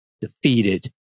defeated